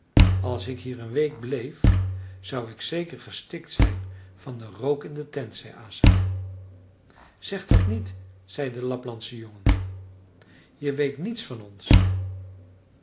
als ik hier een week bleef zou ik zeker gestikt zijn van den rook in de tent zei asa zeg dat niet zei de laplandsche jongen je weet niets van ons